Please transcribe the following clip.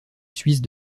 suisse